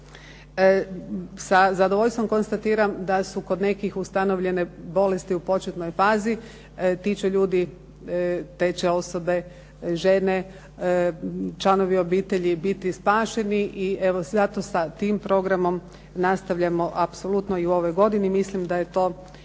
Sa zadovoljstvom konstatiram da su kod nekih ustanovljene bolesti u početnoj fazi. Ti će ljudi, te će osobe, žene, članovi obitelji biti spašeni i evo, zato sa tim programom nastavljamo apsolutno i u ovoj godini. Mislim da je to